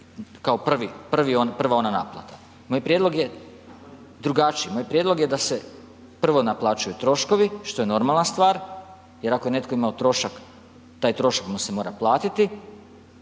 kao prva ona naplata. Moj prijedlog je drugačiji, moj prijedlog je da se prvo naplaćuje troškovi, što je normalna stvar jer ako je netko imao trošak, taj trošak mu se mora platiti,